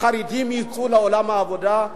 החרדים יצאו לעולם העבודה,